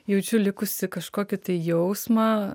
jaučiu likusį kažkokį jausmą